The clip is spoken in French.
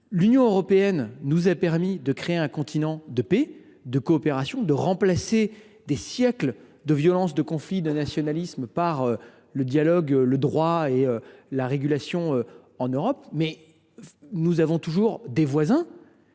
L’Union européenne nous a permis de créer un continent de paix, de coopération, remplaçant des siècles de violences, de conflits, de nationalismes par le dialogue, le droit et la régulation, mais nous avons toujours des voisins